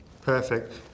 Perfect